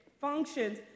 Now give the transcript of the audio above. functions